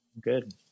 good